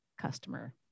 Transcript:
customer